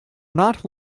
not